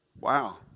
Wow